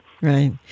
Right